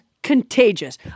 Contagious